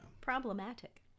problematic